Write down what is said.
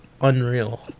unreal